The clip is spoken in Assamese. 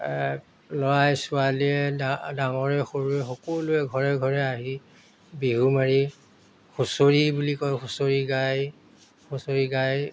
ল'ৰাই ছোৱালীয়ে ডা ডাঙৰে সৰুৱে সকলোৱে ঘৰে ঘৰে আহি বিহু মাৰি হুঁচৰি বুলি কয় হুঁচৰি গাই হুঁচৰি গাই